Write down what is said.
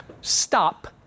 stop